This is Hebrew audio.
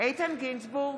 איתן גינזבורג,